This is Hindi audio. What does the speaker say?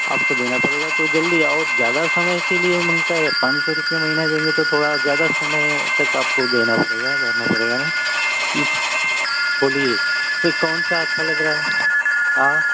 आपको देना पड़ेगा तो जल्दी और ज़्यादा समय के लिए मंगता हे पाँच सौ रुपिया महिना देंगे तो थोड़ा ज़्यादा समय तक आपको देना पड़ेगा भरना पड़ेगा इस बोलिए ये कौन सा अच्छा लग रहा है हाँ